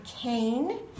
cane